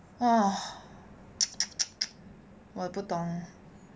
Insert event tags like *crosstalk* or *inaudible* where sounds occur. !wah! *noise* 我也不懂